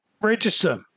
register